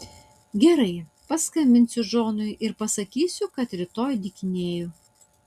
gerai paskambinsiu džonui ir pasakysiu kad rytoj dykinėju